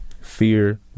fear